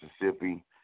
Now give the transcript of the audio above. Mississippi